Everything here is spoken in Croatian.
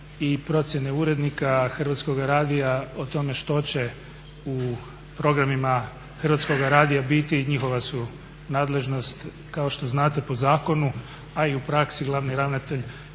i procjene urednika Hrvatskoga radija o tome što će u programima Hrvatskog radija biti njihova su nadležnost. Kao što znate po zakonu a i u praksi glavni ravnatelj